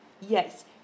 Yes